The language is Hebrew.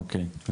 אוקיי.